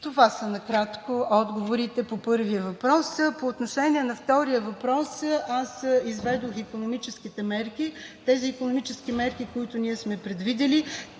Това са накратко отговорите по първия въпрос. По отношение на втория въпрос. Аз изведох икономическите мерки, които ние сме предвидили.